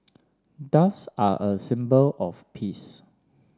doves are a symbol of peace